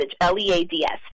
L-E-A-D-S